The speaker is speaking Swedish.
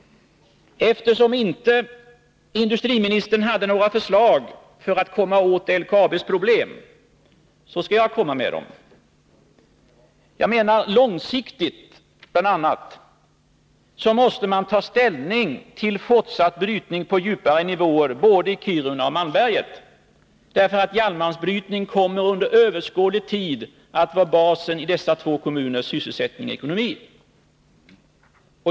Eftersom inte industriministern hade några förslag till hur man skall komma åt LKAB:s problem, skall jag komma med dem. Jag menar att man långsiktigt bl.a. måste ta ställning till fortsatt brytning på djupare nivåer både i Kiruna och i Malmberget. Järnmalmsbrytning kommer under överskådlig tid att vara basen i dessa två kommuners sysselsättning och ekonomi.